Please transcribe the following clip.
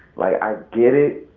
like i get it,